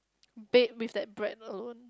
bed with the bread alone